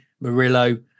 Murillo